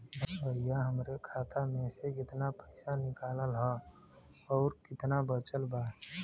भईया हमरे खाता मे से कितना पइसा निकालल ह अउर कितना बचल बा?